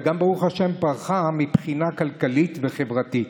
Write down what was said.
וברוך השם גם פרחה מבחינה כלכלית וחברתית.